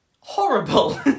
horrible